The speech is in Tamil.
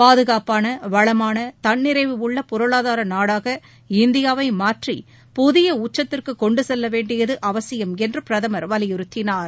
பாதுகாப்பான வளமான தன்னிறைவு உள்ள பொருளாதாரா நாடாக இந்தியாவை மாற்றி புதிய உச்சத்திற்கு கொண்டு செல்ல வேண்டியது அவசியம் என்று பிரதமர் வலியுறுத்தினார்